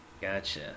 Gotcha